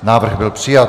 Návrh byl přijat.